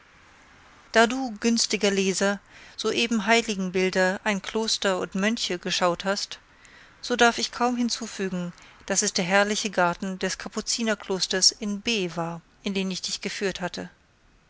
da du günstiger leser soeben heiligenbilder ein kloster und mönche geschaut hast so darf ich kaum hinzufügen daß es der herrliche garten des kapuzinerklosters in b war in den ich dich geführt hatte